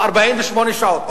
או 48 שעות,